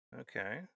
Okay